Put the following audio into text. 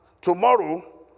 tomorrow